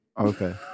Okay